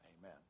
Amen